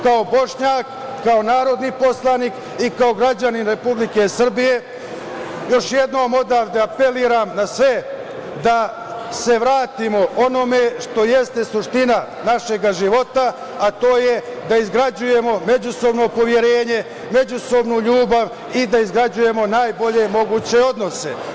Kao Bošnjak, kao narodni poslanik i kao građanin Republike Srbije još jednom odavde apelujem na sve da se vratimo onome što jeste suština našeg života, a to je da izgrađujemo međusobno poverenje, međusobnu ljubav i da izgrađujemo najbolje moguće odnose.